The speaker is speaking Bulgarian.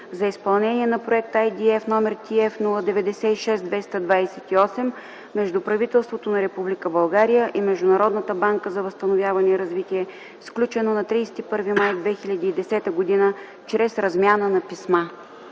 за изпълнение на проект IDF № TF-096228 между правителството на Република България и Международната банка за възстановяване и развитие, сключено на 31 май 2010 г. чрез размяна на писма.”